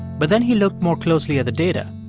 but then he looked more closely at the data.